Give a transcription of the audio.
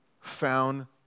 Found